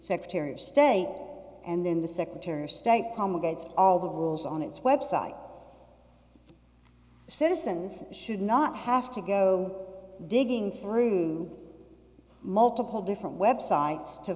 secretary of state and then the secretary of state comma gets all the rules on its website citizens should not have to go digging through multiple different websites to